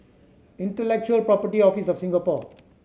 Intellectual Property Office of Singapore